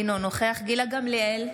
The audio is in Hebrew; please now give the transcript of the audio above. אינו נוכח גילה גמליאל,